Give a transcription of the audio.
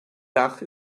dach